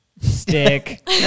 stick